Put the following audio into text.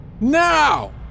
Now